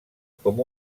com